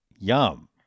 Yum